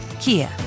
Kia